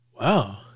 Wow